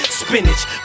spinach